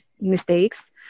mistakes